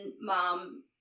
mom